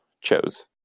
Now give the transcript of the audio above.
chose